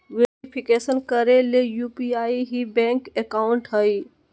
verification करे ले UPI ही बैंक अकाउंट हइ